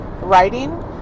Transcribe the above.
writing